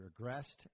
regressed